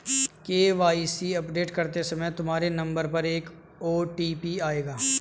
KYC update करते समय तुम्हारे नंबर पर एक ओ.टी.पी आएगा